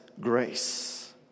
grace